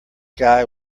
guy